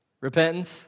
Repentance